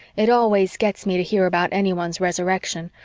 it always gets me to hear about anyone's resurrection,